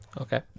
okay